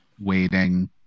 waiting